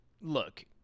look